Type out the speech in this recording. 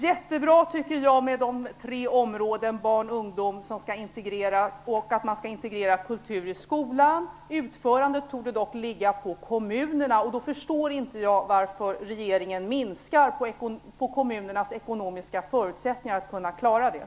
Jättebra tycker jag att det är med områdena barn och ungdom som skall intregreras och att man skall intregrera kultur i skolan. Genomförandet torde dock ligga på kommunerna. Då förstår jag inte varför regeringen försämrar kommunernas ekonomiska förutsättningar att klara det.